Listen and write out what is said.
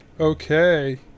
Okay